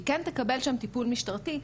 היא כן תקבל שם טיפול משטרתי,